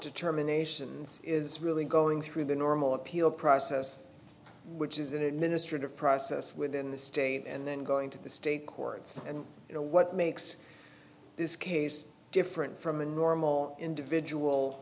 determinations is really going through the normal appeal process which is an administrative process within the state and then going to the state courts and you know what makes this case different from a normal individual